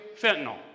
fentanyl